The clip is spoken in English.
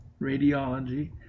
radiology